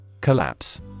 Collapse